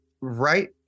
right